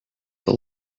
the